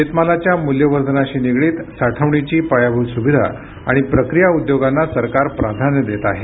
शेतमालाच्या मूल्यवर्धनाशी निगडीत साठवणीची पायाभूत सुविधा आणि प्रक्रिया उद्योगांना सरकार प्राधान्य देत आहे